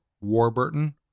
warburton